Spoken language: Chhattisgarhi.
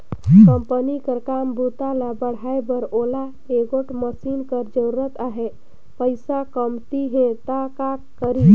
कंपनी कर काम बूता ल बढ़ाए बर ओला एगोट मसीन कर जरूरत अहे, पइसा कमती हे त का करी?